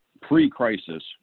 pre-crisis